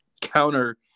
counter